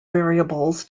variables